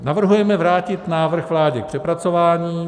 Navrhujeme vrátit návrh vládě k přepracování.